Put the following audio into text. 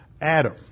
Adam